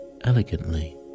elegantly